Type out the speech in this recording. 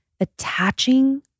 attaching